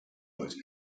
most